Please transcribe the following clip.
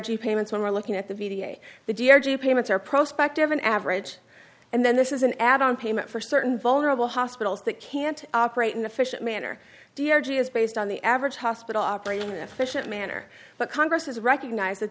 g payments when we're looking at the v a the d r g payments are prospect of an average and then this is an add on payment for certain vulnerable hospitals that can't operate an efficient manner dear g is based on the average hospital operating efficient manner but congress has recognized that